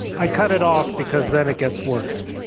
i cut it off because then it gets worse